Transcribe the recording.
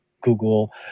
Google